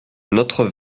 notre